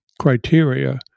criteria